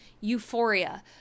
euphoria